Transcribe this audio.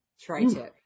tri-tip